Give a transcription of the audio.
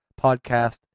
podcast